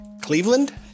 Cleveland